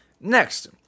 Next